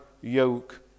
yoke